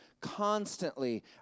constantly